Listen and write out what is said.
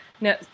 Now